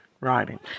writing